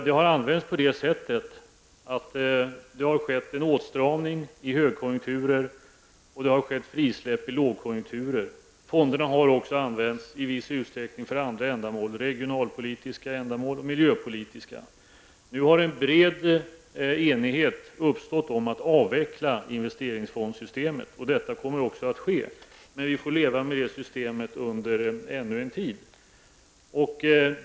Det används på så vis att det har skett en åtstramning i högkonjunkturer och frisläpp i lågkonjunkturer. Fonderna har också använts i viss utsträckning för andra ändamål -- regionalpolitiska och miljöpolitiska ändamål. Nu har en bred enighet uppstått om att avveckla investeringsfondssystemet. Detta kommer också att ske, men vi får leva med systemet ännu en tid.